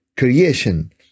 Creation